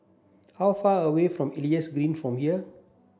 how far away from Elias Green from here